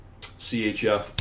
CHF